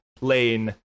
Lane